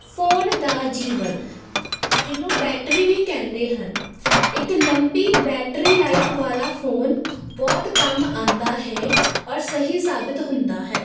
phone ਦਾ ਜੀਵਨ ਜਿਹਨੂੰ ਬੈਟਰੀ ਵੀ ਕਹਿੰਦੇ ਹਨ ਇੱਕ ਲੰਬੀ ਬੈਟਰੀ ਲਾਈਫ ਵਾਲਾ ਫੋਨ ਬਹੁਤ ਕੰਮ ਆਉਂਦਾ ਹੈ ਔਰ ਸਹੀ ਸਾਬਿਤ ਹੁੰਦਾ ਹੈ